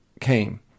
came